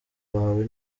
wawe